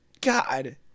God